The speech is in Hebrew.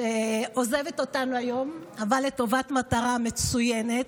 שעוזבת אותנו היום, אבל לטובת מטרה מצוינת,